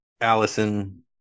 allison